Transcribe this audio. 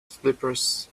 slippers